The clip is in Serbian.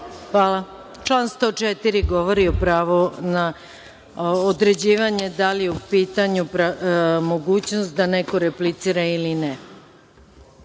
Hvala. Član 104. govori o pravu na određivanje da li je u pitanju mogućnost da neko replicira ili ne.